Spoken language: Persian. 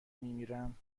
میرم